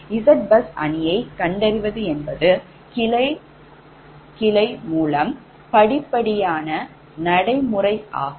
Zbus அணியை கண்டறிவது என்பது கிளை கிளை மூலம் படிப்படியான நடைமுறை ஆகும்